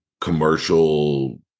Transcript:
commercial